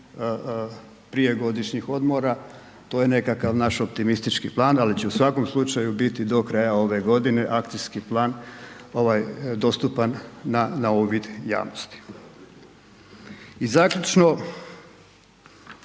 prije godišnji odmora, to je nekakav naš optimistički plan, ali će u svakom slučaju biti do kraja ove godine, akcijski plan ovaj dostupan na uvid javnosti. I zaključno,